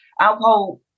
Alcohol